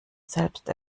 selbst